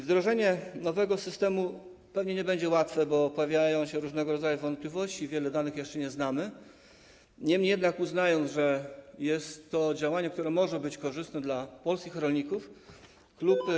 Wdrożenie nowego systemu pewnie nie będzie łatwe, bo pojawiają się różnego rodzaju wątpliwości i wielu danych jeszcze nie znamy, niemniej jednak uznając, że jest to działanie, które może być korzystne dla polskich rolników, klub